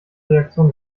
reaktion